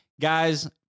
Guys